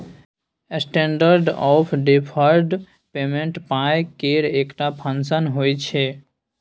standard of deferred payment पाइ केर एकटा फंक्शन होइ छै